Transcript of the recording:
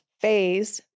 phase